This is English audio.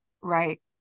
Right